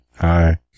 Hi